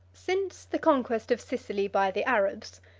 since the conquest of sicily by the arabs,